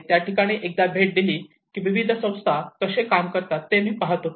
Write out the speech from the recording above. त्या ठिकाणी एकदा भेट दिली की विविध संस्था काम कसे करतात ते मी पहात होतो